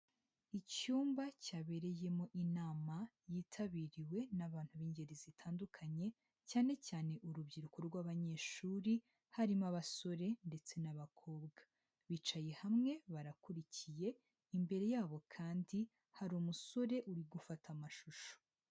Icyumba cyabereyemo inama, yitabiriwe n'abantu b'ingeri zitandukanye, cyane cyane urubyiruko rw'abanyeshuri, harimo abasore ndetse n'abakobwa. Bicaye hamwe barakurikiye imbere yabo kandi hari umusore uri gufata amashusho.